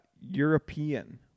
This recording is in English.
European